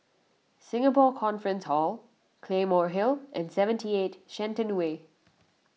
Singapore Conference Hall Claymore Hill and seventy eight Shenton Way